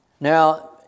Now